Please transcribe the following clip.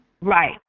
right